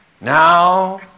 Now